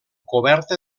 coberta